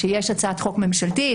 שיש הצעת חוק ממשלתית,